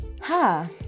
ha